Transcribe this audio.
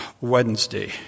Wednesday